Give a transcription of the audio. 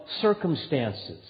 circumstances